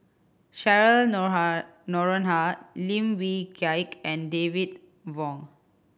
Cheryl Noronha Lim Wee Kiak and David Wong